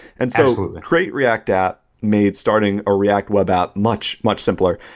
and so create react app made starting a react web app much, much simpler.